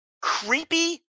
creepy